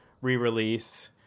re-release